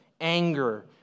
anger